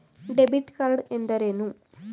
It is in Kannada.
ಡೆಬಿಟ್ ಕಾರ್ಡ್ ಎಂದರೇನು?